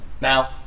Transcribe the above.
Now